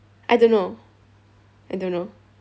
I don't know I don't know